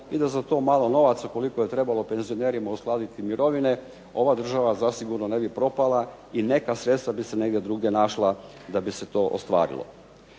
i da za to malo novaca koliko je trebalo penzionerima uskladiti mirovine ova država zasigurno ne bi propala i neka sredstva bi se negdje drugdje našla da bi se to ostvarilo.